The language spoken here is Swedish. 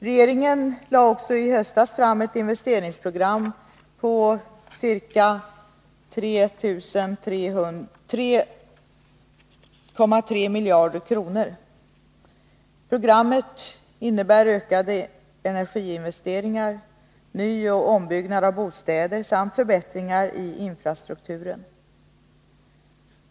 Regeringen lade i höstas också fram ett investeringsprogram på ca 3 300 milj.kr. Programmet innebär ökade energiinvesteringar, nyoch ombyggnad av bostäder samt förbättringar i infrastrukturen.